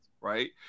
right